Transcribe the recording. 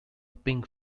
pink